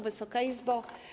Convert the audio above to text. Wysoka Izbo!